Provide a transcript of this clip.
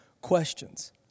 questions